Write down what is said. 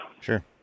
Sure